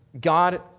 God